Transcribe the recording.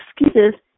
excuses